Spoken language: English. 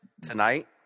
tonight